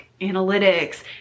analytics